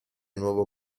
nuovo